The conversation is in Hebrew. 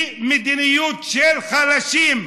היא מדיניות של חלשים.